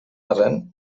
arren